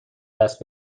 دست